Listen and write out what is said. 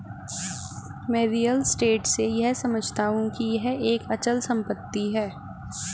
मैं real estate से यह समझता हूं कि यह एक अचल संपत्ति है